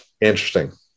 Interesting